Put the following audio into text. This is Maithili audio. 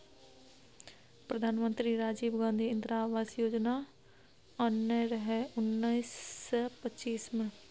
प्रधानमंत्री राजीव गांधी इंदिरा आबास योजना आनने रहय उन्नैस सय पचासी मे